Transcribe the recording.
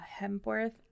Hempworth